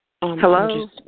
Hello